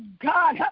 God